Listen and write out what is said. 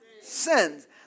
Sins